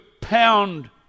pound